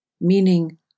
meaning